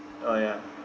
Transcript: oh ya